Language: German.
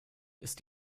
ist